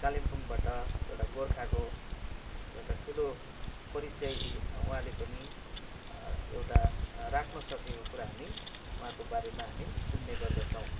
कालिम्पोङबाट एउटा गोर्खाको एउटा ठुलो परिचय उसले उहाँले पनि एउटा राख्न सकेको कुरा हामी उहाँको बारेमा हामी सुन्ने गर्दछौँ